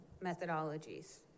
methodologies